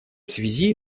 связи